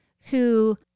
who-